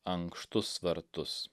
ankštus vartus